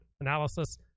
analysis